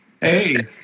Hey